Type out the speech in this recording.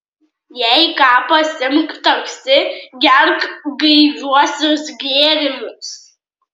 jei ką pasiimk taksi gerk gaiviuosius gėrimus